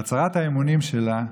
בהצהרת האמונים שלה,